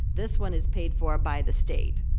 this one is paid for by the state.